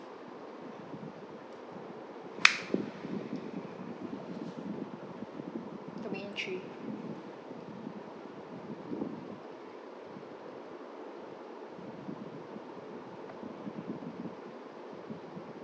domain three